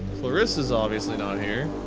clarissa is obviously not here